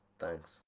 thanks!